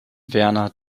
werner